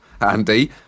Andy